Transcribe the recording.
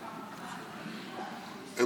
כן, בבקשה.